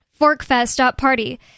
ForkFest.Party